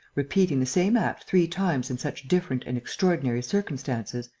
repeating the same act three times in such different and extraordinary circumstances,